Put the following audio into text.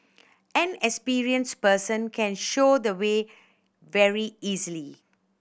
an experienced person can show the way very easily